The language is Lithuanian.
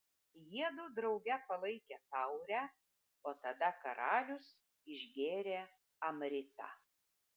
jiedu drauge palaikė taurę o tada karalius išgėrė amritą